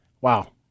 wow